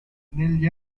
negli